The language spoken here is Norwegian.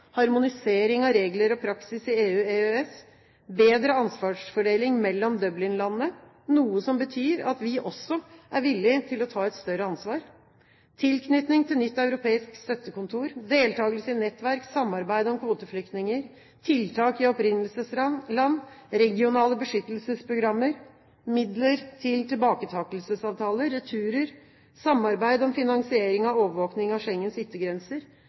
harmonisering av regler og praksis i EU/EØS, bedre ansvarsfordeling mellom Dublin-landene – noe som betyr at vi også er villige til å ta et større ansvar – tilknytning til nytt europeisk støttekontor, deltakelse i nettverk, samarbeid om kvoteflyktninger, tiltak i opprinnelsesland, regionale beskyttelsesprogrammer, midler til tilbaketakelsesavtaler, returer, samarbeid om finansiering av overvåkningen av